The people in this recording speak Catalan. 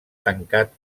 tancat